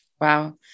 Wow